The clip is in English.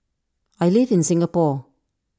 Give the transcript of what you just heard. I live in Singapore